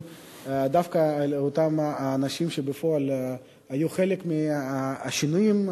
דווקא על אותם אנשים שבפועל היו חלק מהשינויים,